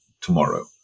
tomorrow